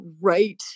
right